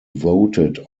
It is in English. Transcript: voted